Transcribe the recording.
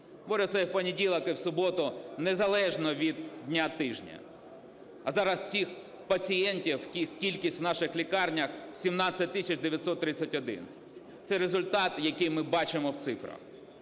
Борються і в понеділок, і в суботу, незалежно від дня тижня. А зараз цих пацієнтів кількість в наших лікарнях – 17 тисяч 931. Це результат, який ми бачимо в цифрах.